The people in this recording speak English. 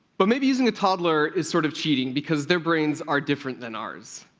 but maybe using a toddler is sort of cheating because their brains are different than ours.